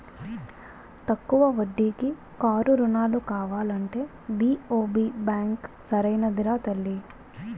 తక్కువ వడ్డీకి కారు రుణాలు కావాలంటే బి.ఓ.బి బాంకే సరైనదిరా తల్లీ